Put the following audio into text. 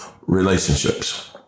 relationships